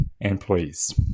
employees